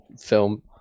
film